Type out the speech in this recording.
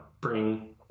bring